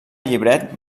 llibret